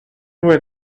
were